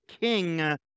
king